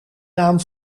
naam